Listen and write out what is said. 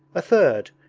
a third,